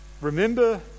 Remember